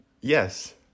yes